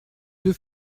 deux